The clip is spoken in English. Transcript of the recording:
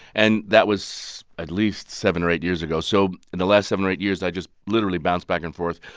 and that was at least seven or eight years ago. so in the last seven or eight years, i just literally bounced back and forth.